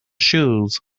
shoes